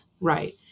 Right